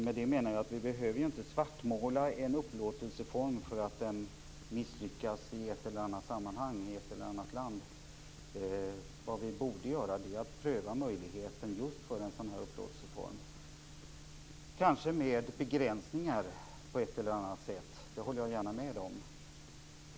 Med det menar jag att vi inte behöver svartmåla en upplåtelseform för att den misslyckas i ett eller annat sammanhang, i ett eller annat land. Det vi borde göra är att pröva just en sådan här upplåtelseform, kanske med begränsningar på ett eller annat sätt. Det håller jag gärna med om.